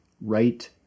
right